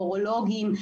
אורולוגים,